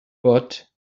but